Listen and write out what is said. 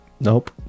Nope